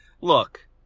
look